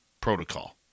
protocol